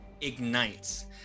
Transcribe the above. ignites